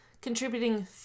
contributing